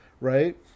right